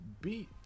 beat